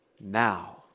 now